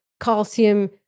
calcium